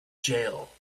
jail